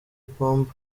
pombe